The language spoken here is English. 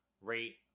rate